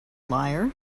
liar